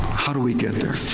how do we get there?